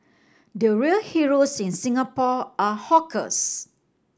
the real heroes in Singapore are hawkers